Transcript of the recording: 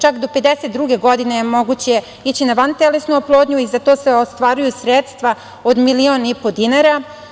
Čak do 52. godine je moguće ići na vantelesnu oplodnju i za to se ostvaruju sredstva od milion i po dinara.